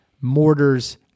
mortars